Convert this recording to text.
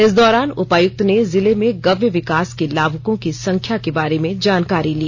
इस दौरान उपायुक्त ने जिले में गव्य विकास के लाभुकों के संख्या के बारे में जानकारी ली